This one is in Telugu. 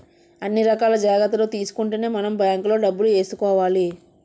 అన్ని రకాల జాగ్రత్తలు తీసుకుంటేనే మనం బాంకులో డబ్బులు ఏసుకోవాలి